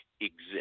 exist